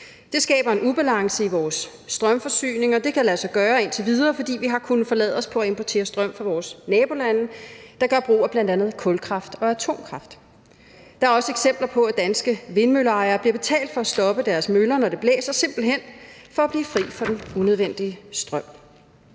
Det skaber en ubalance i vores strømforsyning, og det har kunnet lade sig gøre indtil videre, fordi vi har kunnet forlade os på at importere strøm fra vores nabolande, der gør brug af bl.a. kulkraft og atomkraft. Der er også eksempler på, at danske vindmølleejere bliver betalt for at stoppe deres møller, når det blæser, simpelt hen for at man kan blive fri for den unødvendige strøm.